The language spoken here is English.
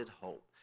hope